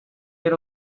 get